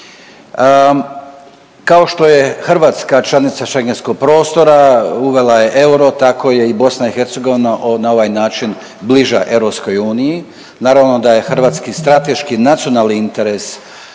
Kao što je Hrvatska članica Schengenskog prostora, uvela je euro tako je i BiH na ovaj način bliža EU. Naravno da je hrvatski strateški nacionalni interes